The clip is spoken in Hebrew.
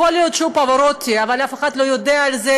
יכול להיות שהוא פברוטי אבל אף אחד לא יודע על זה,